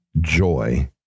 joy